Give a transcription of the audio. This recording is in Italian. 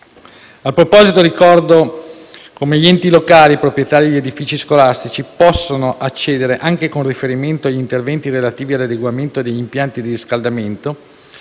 A proposito, ricordo come gli enti locali, proprietari degli edifici scolastici, possano accedere, anche con riferimento agli interventi relativi all'adeguamento degli impianti di riscaldamento,